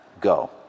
Go